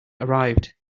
arrived